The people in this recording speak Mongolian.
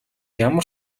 ямар